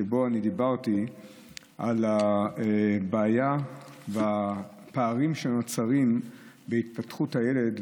שבו אני דיברתי על הבעיה והפערים שנוצרים בהתפתחות הילד,